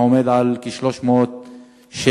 העומד על כ-300 שקל.